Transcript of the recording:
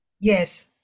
Yes